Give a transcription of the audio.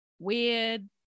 weird